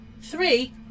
three